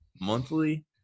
monthly